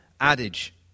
adage